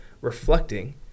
reflecting